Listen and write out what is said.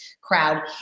crowd